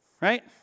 right